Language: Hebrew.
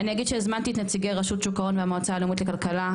אני אגיד שהזמנתי את נציגי רשות שוק ההון והמועצה הלאומית לכלכלה,